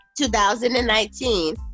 2019